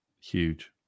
huge